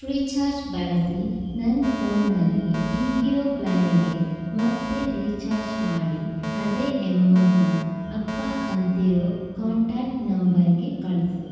Freecharge ಬಳಸಿ ನನ್ನ ಫೋನಲ್ಲಿ ಈಗಿರೋ ಪ್ಲಾನಿಗೆ ಮತ್ತೆ ರೀಚಾರ್ಜ್ ಮಾಡಿ ಅದೇ ಎಮೌಂಟನ್ನ ಅಪ್ಪ ಅಂತಿರೋ ಕಾಂಟ್ಯಾಕ್ಟ್ ನಂಬರ್ಗೆ ಕಳಿಸು